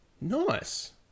Nice